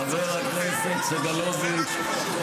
חבר הכנסת בליאק, מספיק.